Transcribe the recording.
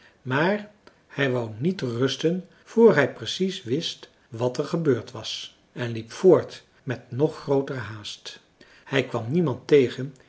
maar hij wou niet rusten voor hij precies wist wat er gebeurd was en liep voort met nog grooter haast hij kwam niemand tegen